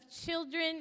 children